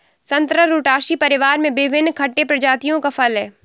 संतरा रुटासी परिवार में विभिन्न खट्टे प्रजातियों का फल है